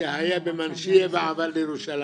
שהיה במנשייה ועבר לירושלים,